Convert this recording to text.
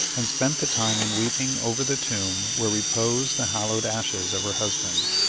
and spent the time in weeping over the tomb where repose the hallowed ashes of her husband.